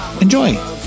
enjoy